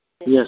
Yes